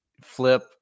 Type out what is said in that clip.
flip